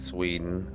Sweden